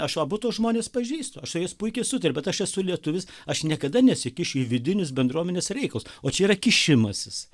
aš abu tuos žmones pažįstu aš su jais puikiai sutariu bet aš esu lietuvis aš niekada nesikišiu į vidinius bendruomenės reikalus o čia yra kišimasis